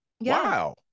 Wow